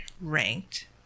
ranked